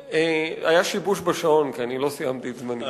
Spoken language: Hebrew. היה שיבוש בשעון, כי אני לא סיימתי את זמני.